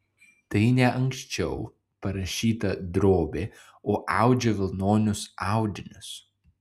tai ne anksčiau parašyta drobė o audžia vilnonius audinius